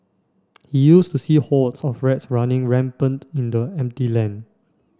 he used to see hordes of rats running rampant in the empty land